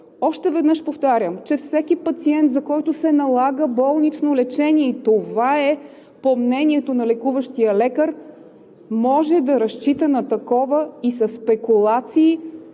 Още веднъж повтарям, че всеки пациент, за който се налага болнично лечение и това е по мнението на лекуващия лекар, може да разчита на такова и са спекулации